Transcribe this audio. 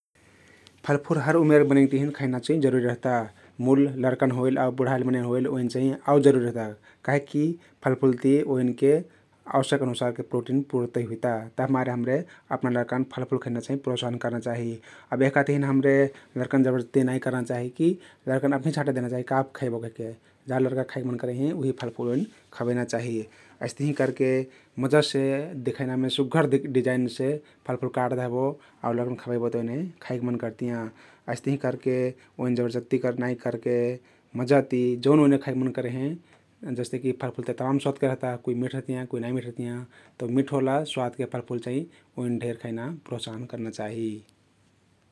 फलफुल हर उमेर मनैन तहिन खैना चाहिं जरुरी रहता मुल लर्कन होइल या बुढइल मनैन होइल ओइन चाहिं आउ जरुरी रहता काहिकी फलफुलति ओइनके अवश्यक अनुसारके प्रोटीन पुर्ति हुइता तभिमारे हम्रे अपन लर्कन फलफुल खैना चाहिं प्रोत्साहन कर्ना चाहि । अब यहका तहिन हम्रे लर्कन जबरजत्ती नाई कर्ना चाहि कि लर्कन अपनहि छाँटे देहना चाहि का खैबो कहिके । जा लर्का खइक मन करिहें उहि फलफुल ओइन खबैना चाहि । अइस्तहिं करके मजासे दिखैनामे सुग्घर डिजाइनसे फलफुल काटदेहबो आउ लर्कन खबैबोत ओइने खइक मन करतियाँ । अइस्तहिं करके ओइन जबरजत्ती कर नाई करके जउन ओइने खइक मन करहें, जस्ते कि फलफुल ते तमान स्वादके रहता कुइ मिठ रहतियाँ कुइ नाई मिठ रहतियाँ तउ मिठ ओला स्वादके फलफुल चाहिं ओइन ढेर खैना प्रोत्साहन कर्ना चाहि।